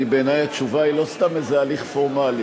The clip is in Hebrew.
בעיני התשובה היא לא סתם איזה הליך פורמלי,